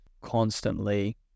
constantly